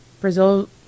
Brazil